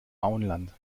auenland